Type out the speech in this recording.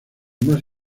más